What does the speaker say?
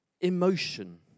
emotion